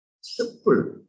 simple